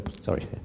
Sorry